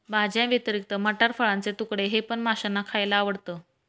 भाज्यांव्यतिरिक्त मटार, फळाचे तुकडे हे पण माशांना खायला आवडतं